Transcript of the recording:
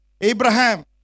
Abraham